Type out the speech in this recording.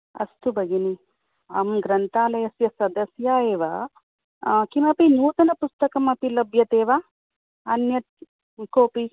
अस्तु भगिनी अहं ग्रन्थालयस्य सदस्या एव किमपि नूतनपुस्तकमपि लभ्यते वा अन्यत् कोऽपि